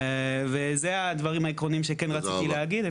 אלה הדברים העקרוניים שכן רציתי להגיד.